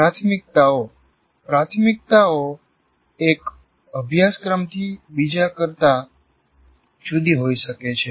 પ્રાથમિકતાઓ પ્રાથમિકતાઓ એક અભ્યાસક્રમથી બીજા કરતા જુદી હોઈ શકે છે